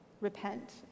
repent